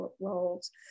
roles